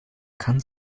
kann